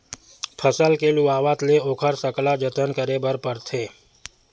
फसल के लुवावत ले ओखर सकला जतन करे बर परथे